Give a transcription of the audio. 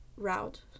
route